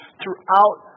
throughout